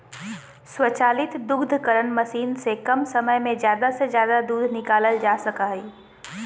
स्वचालित दुग्धकरण मशीन से कम समय में ज़्यादा से ज़्यादा दूध निकालल जा सका हइ